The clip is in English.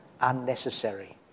unnecessary